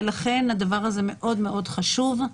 ולכן הדבר הזה מאוד מאוד חשוב.